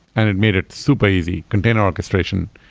and it made it super easy. container orchestration,